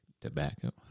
tobacco